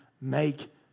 Make